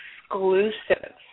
exclusive